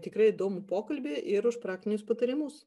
tikrai įdomų pokalbį ir už praktinius patarimus